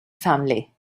family